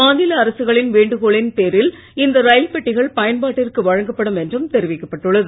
மாநில அரசுகளின் வேண்டுகோளின் பேரில் இந்த ரயில் பெட்டிகள் பயன்பாட்டிற்கு வழங்கப்படும் என்றும் தெரிவிக்கப்பட்டுள்ளது